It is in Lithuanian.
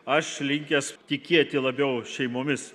aš linkęs tikėti labiau šeimomis